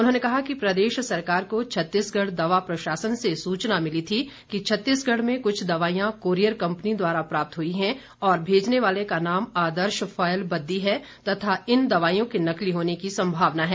उन्होंने कहा कि प्रदेश सरकार को छत्तीसगढ़ दवा प्रशासन से सूचना मिली थी कि छत्तीसगढ़ में कुछ दवाइयां कोरियर कंपनी द्वारा प्राप्त हुई है और भेजने वाले का नाम आदर्श फॉयल बद्दी है तथा इन दवाइयों के नकली होने की संभावना है